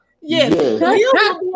Yes